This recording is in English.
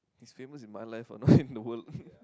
he's famous in my life ah not in the world